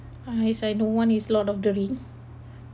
uh yes I know one is lord of the ring